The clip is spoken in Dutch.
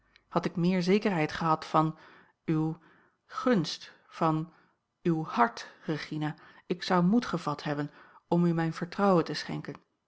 had ik meer zekerheid gehad van uwe gunst van uw hart regina ik zou moed gevat hebben om u mijn vertrouwen te schenken